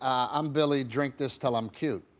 i'm billy, drink this till i'm cute,